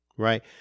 Right